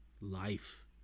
life